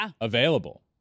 available